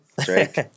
Drake